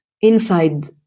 inside